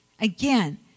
Again